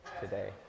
today